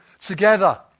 together